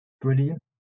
Brilliant